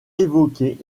évoqué